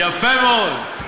יפה מאוד.